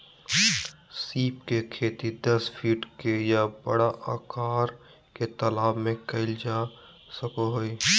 सीप के खेती दस फीट के या बड़ा आकार के तालाब में कइल जा सको हइ